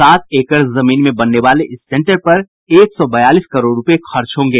सात एकड़ जमीन में बनने वाले इस सेंटर पर एक सौ बयालीस करोड़ रूपये खर्च होंगे